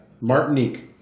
Martinique